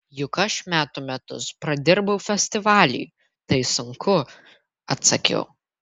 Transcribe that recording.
juk aš metų metus pradirbau festivaliui tai sunku atsakiau